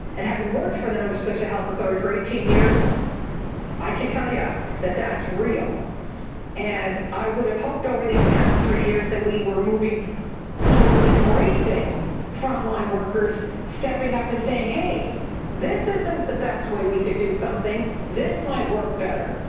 and having worked for the nova scotia health authority for eighteen years i can tell you that that's real and i would have hoped over these past three years that we were moving towards embracing frontline workers stepping up and saying, hey this isn't the best way we could do something. something. this might work better.